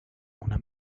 una